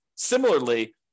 Similarly